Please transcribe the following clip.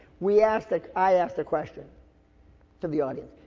we asked, like i asked a question to the audience.